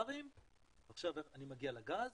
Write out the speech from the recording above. ועכשיו אני מגיע לגז.